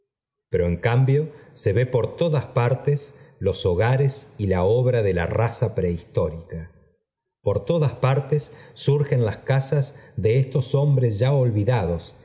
pero en cambio se ve por todas parte los hogares y la obra de la raza prehistórica por todas partes surgen las casas de estos hombres ya olvidados